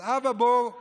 אז בואו תחזרו,